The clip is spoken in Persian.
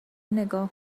نگاه